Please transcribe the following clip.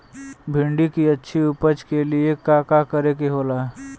भिंडी की अच्छी उपज के लिए का का करे के होला?